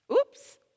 Oops